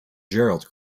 gerald